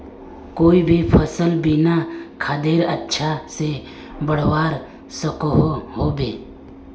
कोई भी सफल बिना खादेर अच्छा से बढ़वार सकोहो होबे?